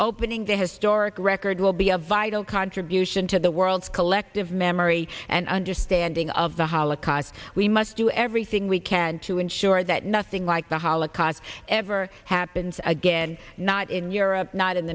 opening the historic record will be a vital contribution to the world's collective memory and understanding of the holocaust we must do everything we can to ensure that nothing like the holocaust ever happens again not in europe not in